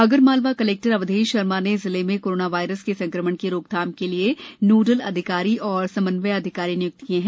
Agar Malwa collector Avdhesh Sharma ने जिले में कोरोना वायरस के संक्रमण की रोकथाम के लिए नोडल अधिकारी और समन्वय अधिकारी निय्क्त किए हैं